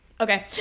Okay